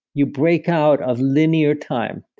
you break out of linear time,